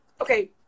okay